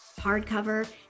hardcover